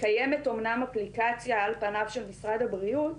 קיימת אמנם אפליקציה על פניו של משרד הבריאות,